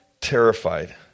Terrified